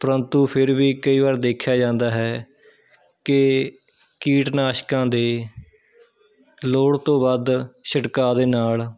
ਪਰੰਤੂ ਫਿਰ ਵੀ ਕਈ ਵਾਰ ਦੇਖਿਆ ਜਾਂਦਾ ਹੈ ਕਿ ਕੀਟਨਾਸ਼ਕਾਂ ਦੇ ਲੋੜ ਤੋਂ ਵੱਧ ਛਿੜਕਾਅ ਦੇ ਨਾਲ਼